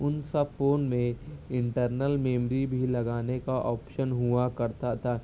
ان سب فون میں internal memory بھی لگانے کا آپشن ہوا کرتا تھا